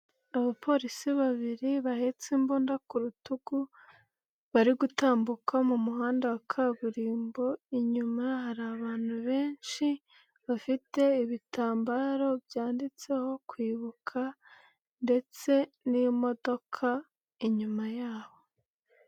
Abapolisi babiri bahetse imbunda ku rutugu bari gutambuka mu muhanda wa kaburimbo, inyuma hari abantu benshi bafite ibitambaro byanditseho kwibuka ndetse n'imodoka inyuma yabo.